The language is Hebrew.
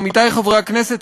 עמיתי חברי הכנסת,